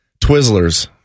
twizzlers